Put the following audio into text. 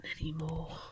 anymore